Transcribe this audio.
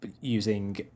using